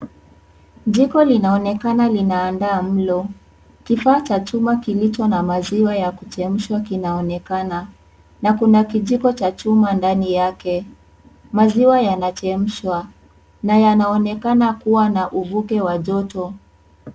Jiko linaonekana linaandaa mlo. Kifaa cha chuma kilicho na maziwa ya kuchemshwa kinaonekana na kuna kijiko cha chuma ndani yake. Maziwa yanachemshwa na yanaonekana kuwa na uvuke wa joto.